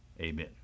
amen